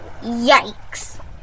Yikes